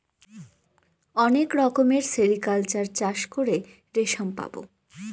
অনেক রকমের সেরিকালচার চাষ করে রেশম পাবো